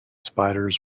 spiders